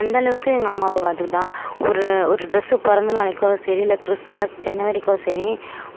அந்தளவுக்கு எங்கள் அம்மா அப்பா பார்த்துக்கிட்டாங்க ஒரு ஒரு ட்ரெஸ்ஸு பிறந்த நாளைக்கோ சரி இல்லை கிறிஸ்மஸ் ஜனவரிக்கோ சரி